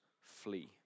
flee